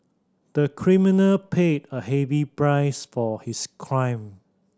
the criminal paid a heavy price for his crime